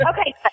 Okay